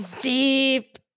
Deep